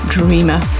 Dreamer